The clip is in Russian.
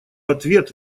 ответ